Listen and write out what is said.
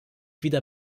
wieder